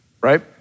right